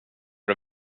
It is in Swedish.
det